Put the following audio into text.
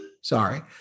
sorry